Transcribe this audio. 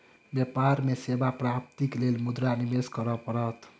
व्यापार में सेवा प्राप्तिक लेल मुद्रा निवेश करअ पड़त